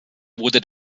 wurde